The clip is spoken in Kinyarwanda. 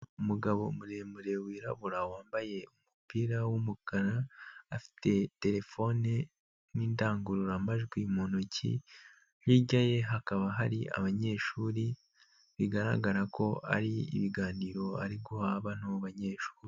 Umugabo muremure wirabura wambaye umupira w'umukara, afite telefone n'indangururamajwi mu ntoki, hijya ye hakaba hari abanyeshuri, bigaragara ko ari ibiganiro ari guha bano banyeshuri.